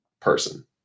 person